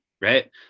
right